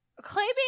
claiming